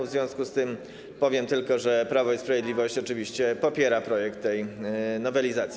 W związku z tym powiem tylko, że Prawo i Sprawiedliwość oczywiście popiera projekt tej nowelizacji.